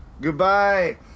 Goodbye